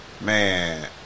man